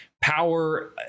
power